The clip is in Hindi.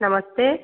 नमस्ते